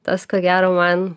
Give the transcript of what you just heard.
tas ko gero man